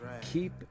keep